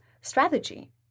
strategy